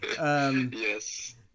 Yes